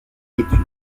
quiétude